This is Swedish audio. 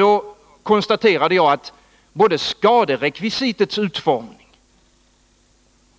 Jag konstaterade att både skaderekvisitets utformning